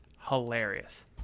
hilarious